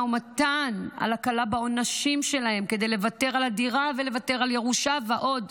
ומתן על הקלה בעונשים שלהם כדי לוותר על דירה ולוותר על ירושה ועוד.